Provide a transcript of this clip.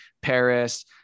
Paris